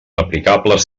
aplicables